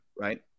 right